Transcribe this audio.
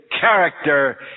character